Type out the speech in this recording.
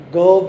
go